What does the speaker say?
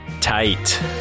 tight